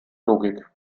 logik